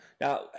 Now